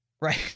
Right